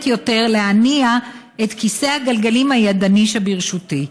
יותר להניע את כיסא הגלגלים הידני שברשותי.